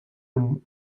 amb